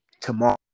tomorrow